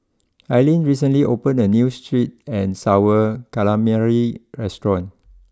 Aylin recently opened a new sweet and Sour Calamari restaurant